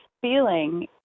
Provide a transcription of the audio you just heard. feeling